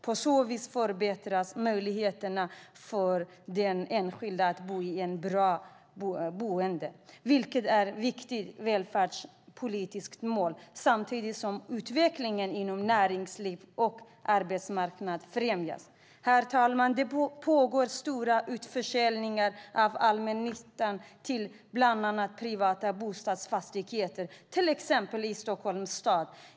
På så vis förbättras möjligheterna för den enskilde till ett bra boende, vilket är ett viktigt välfärdspolitiskt mål, samtidigt som utvecklingen inom näringsliv och arbetsmarknad främjas. Herr talman! Det pågår stora utförsäljningar av allmännyttan till bland annat privata fastighetsägare, till exempel i Stockholms stad.